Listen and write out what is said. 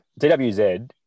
DWZ